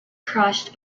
crushed